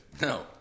No